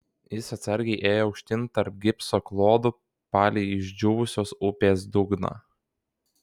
jis atsargiai ėjo aukštyn tarp gipso klodų palei išdžiūvusios upės dugną